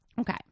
Okay